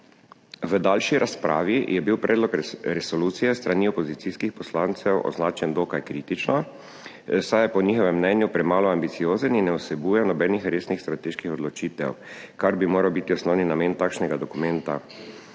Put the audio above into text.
V daljši razpravi je bil predlog resolucije s strani opozicijskih poslancev označen dokaj kritično, saj je po njihovem mnenju premalo ambiciozen in ne vsebuje nobenih resnih strateških odločitev, kar bi moral biti osnovni namen takšnega dokumenta.